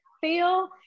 Feel